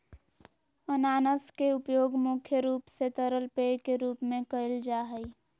अनानास के उपयोग मुख्य रूप से तरल पेय के रूप में कईल जा हइ